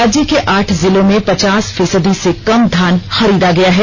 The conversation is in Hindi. राज्य के आठ जिलों में पचास फीसदी से कम धान खरीदा गया है